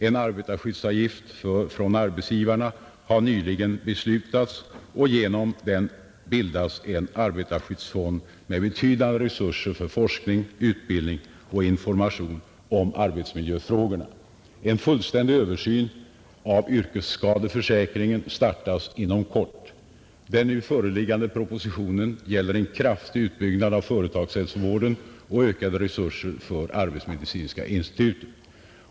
En arbetarskyddsavgift från arbetsgivarna har nyligen beslutats och genom den bildas en arbetarskyddsfond med betydande resurser för forskning, utbildning och information om arbetsmiljöfrågorna. En fullständig översyn av yrkesskadeförsäkringen startas inom kort. Den nu föreliggande propositionen gäller en kraftig utbyggnad av företagshälsovården och ökade resurser för arbetsmedicinska institutet.